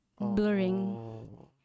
blurring